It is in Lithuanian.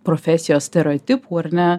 profesijos stereotipų ar ne